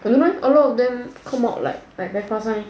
I don't know eh a lot of them come out like very fast one eh